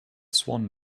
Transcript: swan